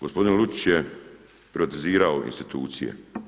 Gospodin Lučić je privatizirao institucije.